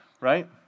right